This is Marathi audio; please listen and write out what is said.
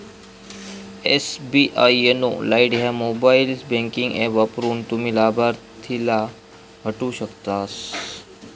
एस.बी.आई योनो लाइट ह्या मोबाईल बँकिंग ऍप वापरून, तुम्ही लाभार्थीला हटवू शकतास